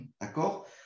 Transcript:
D'accord